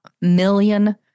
million